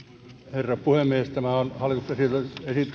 herra puhemies tämä hallituksen